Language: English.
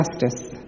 Justice